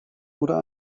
oder